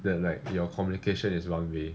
that like your communication is one way